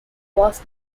was